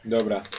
Dobra